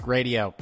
Radio